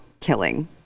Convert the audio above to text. killing